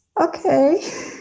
Okay